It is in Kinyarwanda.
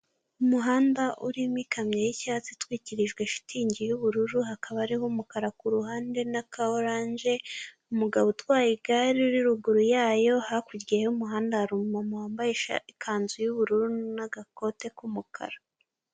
Umuhanda urimo ikamyo y'icyatsi itwikirijwe shitingi y'ubururu hakaba hariho umukara ku ruhande na ka oranje, umugabo utwaye igare uri ruguru yayo, hakurya y'umuhanda hari umumama wambaye ikanzu y'ubururu n'agakote k'umukara.